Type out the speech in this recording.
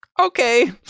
Okay